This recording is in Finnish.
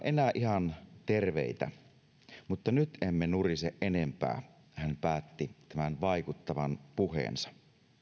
enää ihan terveitä mutta nyt emme nurise enempää hän päätti tämän vaikuttavan puheensa